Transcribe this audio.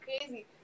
crazy